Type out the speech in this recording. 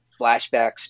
flashbacks